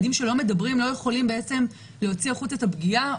ילדים שלא מדברים לא יכולים בעצם להוציא החוצה את הפגיעה בהם.